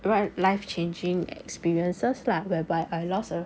life changing experiences lah whereby I lost a